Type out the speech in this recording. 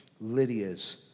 Lydia's